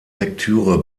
lektüre